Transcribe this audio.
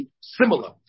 similar